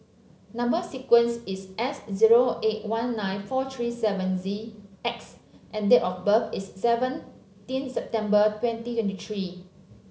number sequence is S zero eight one nine four three seven Z X and date of birth is seventeen September twenty twenty three